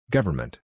Government